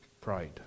pride